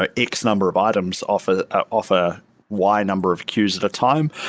ah x-number of items off a ah off a y number of queues at a time,